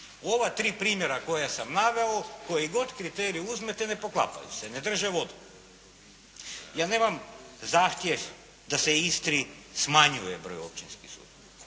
Ova tri primjera koja sam naveo, koji god kriterij uzmete ne poklapaju se, ne drže vodu. Ja nemam zahtjev da se Istri smanjuje broj općinskih sudova,